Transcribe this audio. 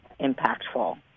impactful